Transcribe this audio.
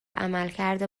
عملکرد